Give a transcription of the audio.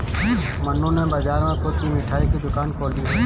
मन्नू ने बाजार में खुद की मिठाई की दुकान खोली है